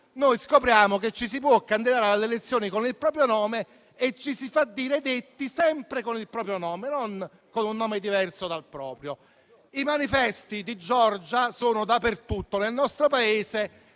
scopriamo che ci si può candidare alle elezioni con il proprio nome e ci si fa dire "detto" sempre con il proprio nome, non con un nome diverso dal proprio. I manifesti di Giorgia sono dappertutto nel nostro Paese